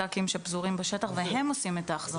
מת"קים שפזורים בשטח והם עושים את ההחזרות.